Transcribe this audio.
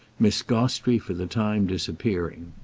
miss gostrey for the time disappearing.